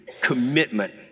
commitment